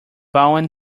woven